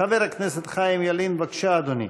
חבר הכנסת חיים ילין, בבקשה, אדוני.